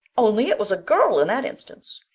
only, it was a girl in that instance.